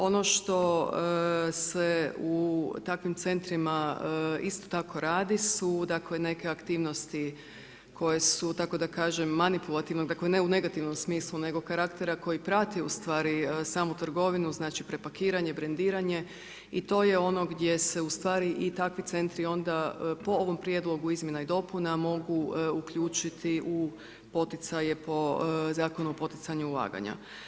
Ono što se u takvim centrima isto tako radi, su isto neke aktivnosti, koje su kako da kažem, manipulativne, ne u negativnom smislu, nego karaktera koji prati ustvari samu trgovinu, znači prepakiranje, brendiranje i to je ono gdje se ustvari i takvi centri onda po ovom prijedlogu izmjena i dopuna mogu uključiti u poticaje po Zakon o poticanju ulaganja.